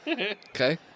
Okay